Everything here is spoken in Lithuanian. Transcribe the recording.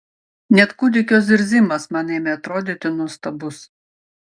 net kūdikio zirzimas man ėmė atrodyti nuostabus